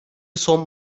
son